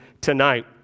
tonight